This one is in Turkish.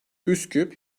üsküp